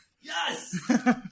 Yes